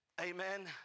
amen